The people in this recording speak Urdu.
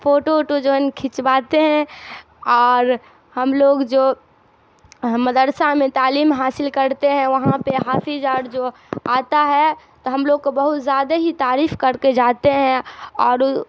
فوٹو ووٹو جو ہے کھنچواتے ہیں اور ہم لوگ جو مدرسہ میں تعلیم حاصل کرتے ہیں وہاں پہ حافظ ار جو آتا ہے تو ہم لوگ کو بہت زیادہ ہی تعریف کر کے جاتے ہیں اور